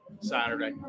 Saturday